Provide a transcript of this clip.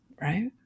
right